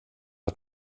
att